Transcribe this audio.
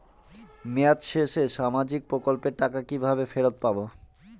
মেয়াদ শেষে সামাজিক প্রকল্পের টাকা কিভাবে ফেরত পাবো?